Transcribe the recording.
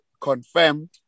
confirmed